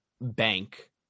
bank